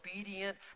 obedient